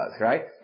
right